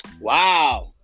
Wow